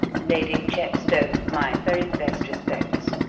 lady chepstow, my very best respects.